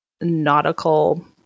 nautical